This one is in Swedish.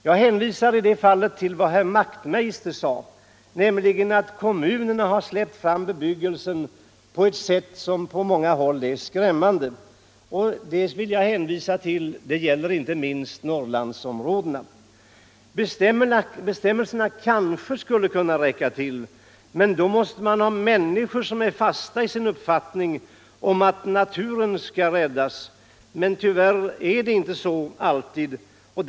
Jag hänvisar i det fallet till vad herr Wachtmeister i Johannishus sade, nämligen att kommunerna släppt fram bebyggelsen på ett sätt som på många håll är skrämmande. Detta gäller inte minst vissa Norrlandsområden. Bestämmelserna kanske skulle kunna räcka till, men då måste man ha människor som är fasta i sin uppfattning om att naturen skall räddas. Tyvärr är det inte alltid så.